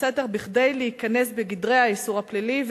סתר כדי להיכנס בגדרי האישור הפלילי,